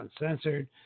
Uncensored